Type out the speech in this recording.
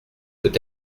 peut